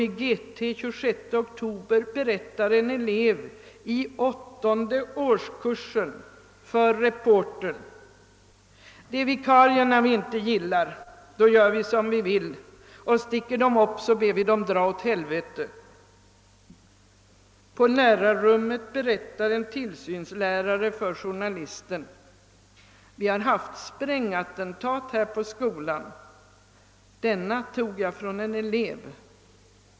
I samma tidning berättar en elev i åttonde årskursen för reportern: »Det är vikarierna vi inte gillar. Då gör vi som vi vill. Och sticker dom upp, så ber vi dom dra åt helvete.» På lärarrummet berättar en tillsynslärare för journalisterna: »Vi har haft sprängattentat här på skolan. Denna tog jag från en elev (en hemmagjord bomb bestående av en gevärspatron, där kulan tagits bort och ersatts med stubintråd.